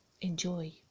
Enjoy